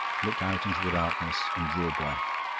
looked out into the darkness and drew a breath.